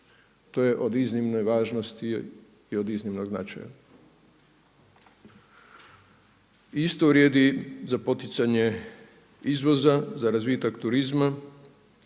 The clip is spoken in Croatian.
To je od iznimne važnosti i od iznimnog značaja. I isto vrijedi za poticanje izvoza, za razvitak turizma,